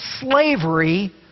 slavery